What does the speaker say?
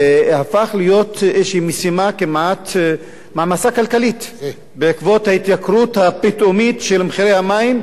זה הפך להיות מעמסה כלכלית בעקבות ההתייקרות הפתאומית במים,